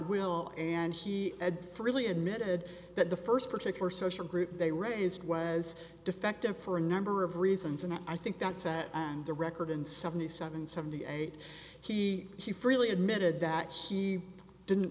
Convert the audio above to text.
will and he had freely admitted that the first particular social group they raised way as defective for a number of reasons and i think that's that on the record in seventy seven seventy eight he he freely admitted that he didn't